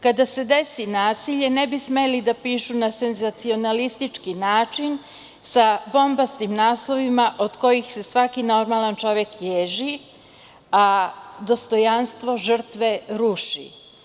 Kada se desi nasilje, ne bi smeli da pišu na senzacionalistički način sa bombastim naslovima od kojih se svaki normalan čovek ježi, a dostojanstvo žrtve ruši.